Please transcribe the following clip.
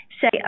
say